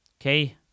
okay